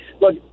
Look